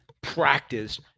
practice